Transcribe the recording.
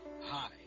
Hi